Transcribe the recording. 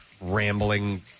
rambling